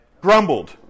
Grumbled